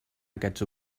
aquests